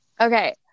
Okay